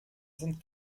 sind